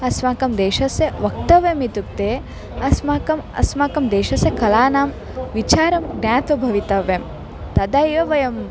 अस्माकं देशस्य वक्तव्यम् इत्युक्ते अस्माकम् अस्माकं देशस्य कलानां विचारं ज्ञात्वा भवितव्यं तदा एव वयम्